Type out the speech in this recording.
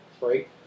right